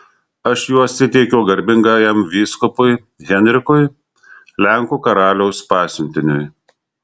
aš juos įteikiau garbingajam vyskupui henrikui lenkų karaliaus pasiuntiniui